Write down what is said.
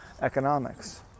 economics